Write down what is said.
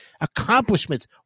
accomplishments